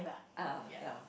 ah ya